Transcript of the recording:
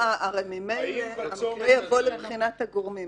הרי ממילא המקרה יבוא לבחינת הגורמים.